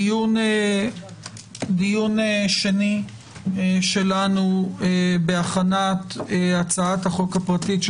דיון שני שלנו בהכנת הצעת החוק הפרטית של